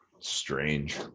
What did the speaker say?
strange